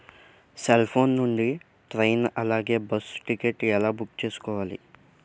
Cell phone నుండి train అలాగే bus ticket ఎలా బుక్ చేసుకోవాలి?